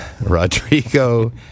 Rodrigo